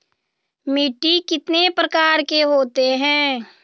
मिट्टी कितने प्रकार के होते हैं?